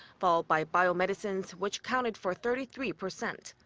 followed by bio medicines, which accounted for thirty three percent.